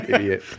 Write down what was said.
Idiot